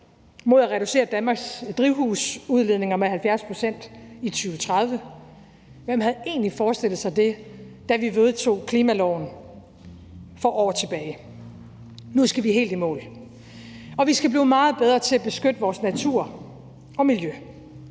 mod at reducere Danmarks drivhusgasudledninger med 70 pct. i 2030. Hvem havde egentlig forestillet sig det, da vi vedtog klimaloven for år tilbage? Nu skal vi helt i mål. Og vi skal blive meget bedre til at beskytte vores natur og miljø